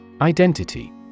Identity